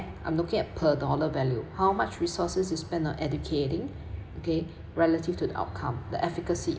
I'm looking at per dollar value how much resources we spend on educating relative to the outcome the efficacy